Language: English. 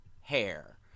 hair